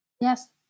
Yes